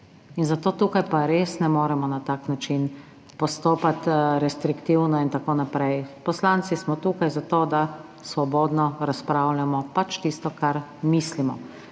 In zato pa tukaj res ne moremo na tak način postopati, restriktivno in tako naprej. Poslanci smo tukaj, zato da svobodno razpravljamo pač tisto, kar mislimo.